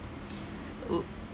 oo